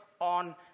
on